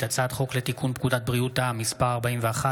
הצעת חוק לתיקון פקודת מס הכנסה (הגדלת